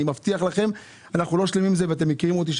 אני מבטיח לכם שאנחנו לא שלמים עם זה ואתם מכירים אותי ויודעים